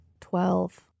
Twelve